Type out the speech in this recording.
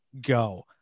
go